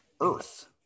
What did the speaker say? earth